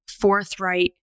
forthright